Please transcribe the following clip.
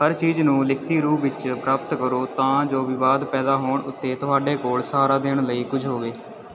ਹਰ ਚੀਜ਼ ਨੂੰ ਲਿਖਤੀ ਰੂਪ ਵਿੱਚ ਪ੍ਰਾਪਤ ਕਰੋ ਤਾਂ ਜੋ ਵਿਵਾਦ ਪੈਦਾ ਹੋਣ ਉੱਤੇ ਤੁਹਾਡੇ ਕੋਲ ਸਹਾਰਾ ਦੇਣ ਲਈ ਕਝ ਹੋਵੇ